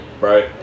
right